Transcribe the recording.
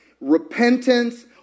Repentance